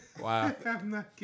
Wow